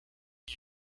kia